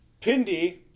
Pindy